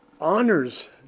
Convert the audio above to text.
honors